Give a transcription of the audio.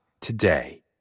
today